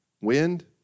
wind